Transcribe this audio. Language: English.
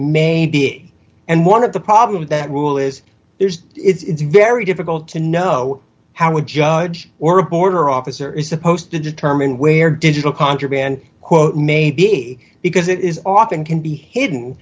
may be and one of the problems that rule is there is it's very difficult to know how would judge or reporter officer is supposed to determine where digital contraband quote may be because it is often can be hidden